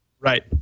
Right